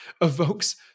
evokes